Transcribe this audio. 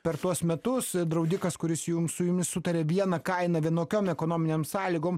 per tuos metus draudikas kuris jums su jumis sutaria vieną kainą vienokiom ekonominėms sąlygom